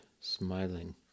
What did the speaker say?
smiling